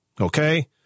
okay